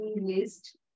list